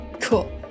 cool